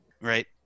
right